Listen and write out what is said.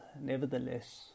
nevertheless